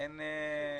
אין קליינטים?